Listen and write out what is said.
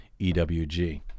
EWG